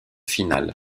final